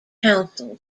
council